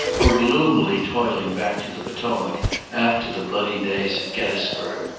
or gloomily toiling back to the potomac after the bloody days at gettysburg,